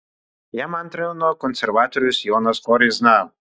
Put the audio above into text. jam antrino konservatorius jonas koryzna